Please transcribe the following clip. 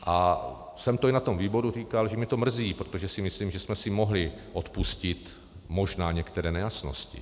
A já jsem to i na tom výboru říkal, že mě to mrzí, protože si myslím, že jsme si mohli odpustit možná některé nejasnosti.